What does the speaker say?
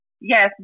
Yes